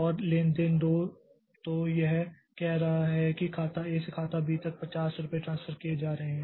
और लेन देन दो तो यह कह रहा है कि खाता ए से खाता बी तक 50 रुपये ट्रांसफर किए जा रहे हैं